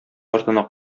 артына